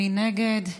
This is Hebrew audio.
מי נגד?